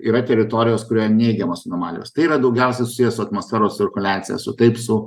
yra teritorijos kurioje neigiamos anomalijos tai yra daugiausia susiję su atmosferos cirkuliacija su taip su